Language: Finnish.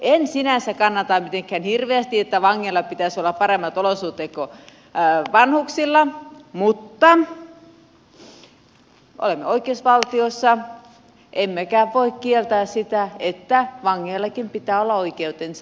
en sinänsä kannata mitenkään hirveästi että vangeilla pitäisi olla paremmat olosuhteet kuin vanhuksilla mutta olemme oikeusvaltiossa emmekä voi kieltää sitä että vangeillakin pitää olla oikeutensa